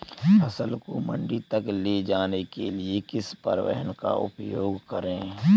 फसल को मंडी तक ले जाने के लिए किस परिवहन का उपयोग करें?